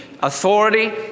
authority